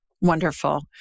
Wonderful